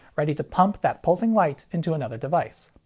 ready to pump that pulsing light into another device.